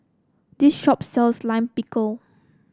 this shop sells Lime Pickle